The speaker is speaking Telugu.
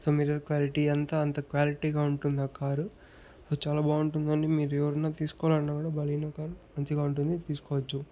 సో మిర్రర్ క్వాలిటీ అంతా అంత క్వాలిటీ గా ఉంటుంది ఆ కారు చాలా బాగుంటుందండి మీరు ఎవరైనా తీసుకోవాలన్నా కూడా బలినో కారు మంచిగా ఉంటుంది తీసుకోవచ్చు